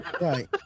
Right